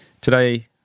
Today